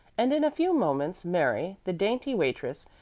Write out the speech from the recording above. and in a few moments mary, the dainty waitress,